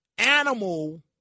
animal